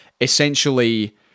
essentially